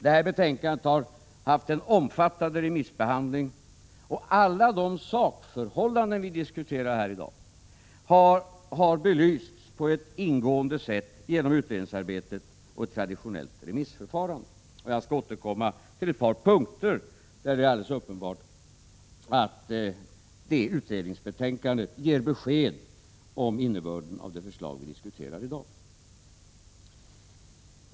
Det betänkandet har varit föremål för en omfattande remissbehandling, och alla de sakförhållanden som vi diskuterar här i dag har belysts på ett ingående sätt genom utredningsarbetet och ett traditionellt remissförfarande. Jag skall återkomma till ett par punkter där det är alldeles uppenbart att utredningsbetänkandet ger besked om innebörden av det förslag som vi diskuterar i dag.